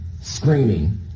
screaming